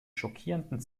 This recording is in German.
schockierenden